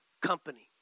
company